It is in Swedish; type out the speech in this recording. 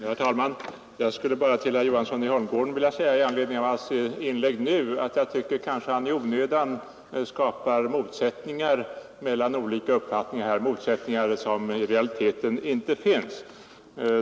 Herr talman! Jag skulle bara till herr Johansson i Holmgården vilja säga, i anledning av hans inlägg nu, att jag tycker att han i onödan skapar motsättningar mellan våra olika uppfattningar, motsättningar som i realiteten inte finns.